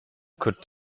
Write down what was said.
could